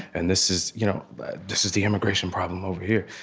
and this is you know but this is the immigration problem over here.